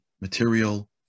Material